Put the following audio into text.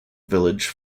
village